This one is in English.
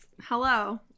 Hello